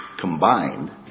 combined